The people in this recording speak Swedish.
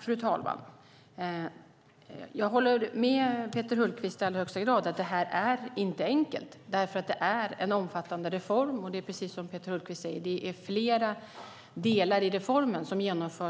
Fru talman! Jag håller i allra högsta grad med Peter Hultqvist om att detta inte är enkelt. Det är en omfattande reform. Som Peter Hultqvist säger genomförs flera delar av reformen